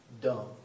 dumb